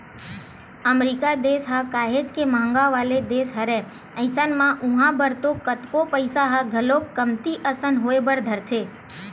अमरीका देस ह काहेच के महंगा वाला देस हरय अइसन म उहाँ बर तो कतको पइसा ह घलोक कमती असन होय बर धरथे